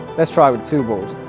let's try with two balls.